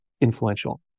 influential